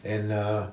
and uh